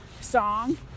Song